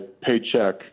paycheck